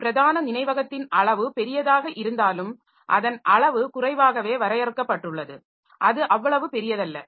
பிரதான நினைவகத்தின் அளவு பெரியதாக இருந்தாலும்அதன் அளவு குறைவாகவே வரையறுக்கப்பட்டுள்ளது அது அவ்வளவு பெரியதல்ல